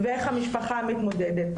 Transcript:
ואיך המשפחה מתמודדת.